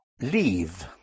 leave